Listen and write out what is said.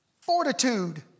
fortitude